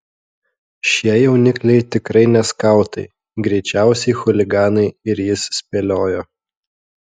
šie jaunikliai tikrai ne skautai greičiausiai chuliganai ir jis spėliojo